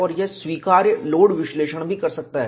और यह स्वीकार्य लोड विश्लेषण भी कर सकता है